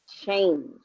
change